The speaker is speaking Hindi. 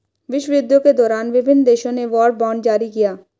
विश्वयुद्धों के दौरान विभिन्न देशों ने वॉर बॉन्ड जारी किया